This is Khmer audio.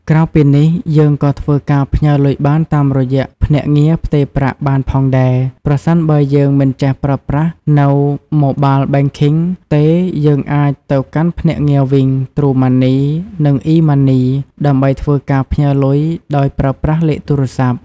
ក្រៅពីនេះយើងក៏ធ្វើការផ្ញើរលុយបានតាមរយៈភ្នាក់ងារផ្ទេរប្រាក់បានផងដែរ ប្រសិនបើយើងមិនចេះប្រើប្រាស់នៅMobile Banking ទេយើងអាចទៅកាន់ភ្នាក់ងារវីង ទ្រូម៉ាន់នី និងអុីម៉ាន់នី ដើម្បីធ្វើការផ្ញើលុយដោយប្រើប្រាស់លេខទូរស័ព្ទ។